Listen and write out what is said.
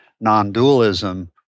non-dualism